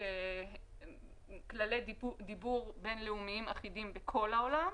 כללי דיבור בינלאומיים ואחידים בכל העולם.